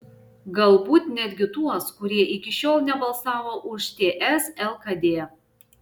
galbūt netgi tuos kurie iki šiol nebalsavo už ts lkd